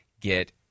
get